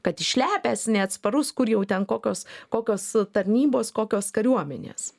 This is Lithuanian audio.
kad išlepęs neatsparus kur jau ten kokios kokios tarnybos kokios kariuomenės